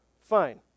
Fine